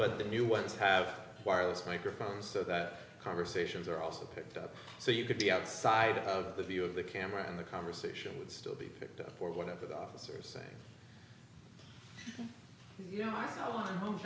but the new ones have wireless microphones so that conversations are also picked up so you could be outside of the view of the camera in the conversation would still be picked up for whatever the officers say you know